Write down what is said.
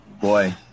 Boy